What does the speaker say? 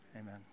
Amen